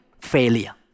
failure